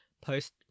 post